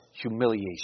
humiliation